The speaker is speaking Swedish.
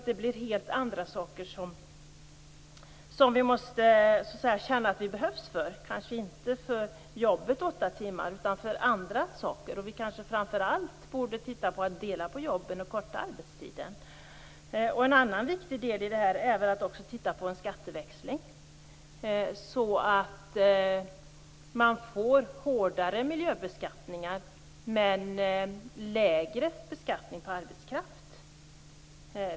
Det blir helt andra saker som vi måste känna att vi behövs för, kanske inte för jobbet åtta timmar utan för andra saker. Vi kanske framför allt borde titta på att dela på jobben och förkorta arbetstiden. En annan viktig del i detta är också att titta på en skatteväxling, så att man får hårdare miljöbeskattning men lägre beskattning på arbetskraft.